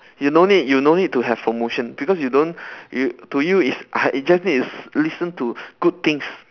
you no need you no need to have promotion because you don't you to you is uh you just need to s~ listen to good things